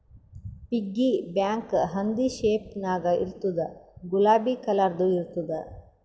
piggy bank ಹಂದಿ shape ನಾಗ್ ಇರ್ತುದ್ ಗುಲಾಬಿ ಕಲರ್ದು ಇರ್ತುದ್